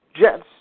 Jets